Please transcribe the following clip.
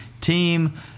team